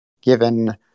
given